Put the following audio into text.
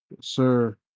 Sir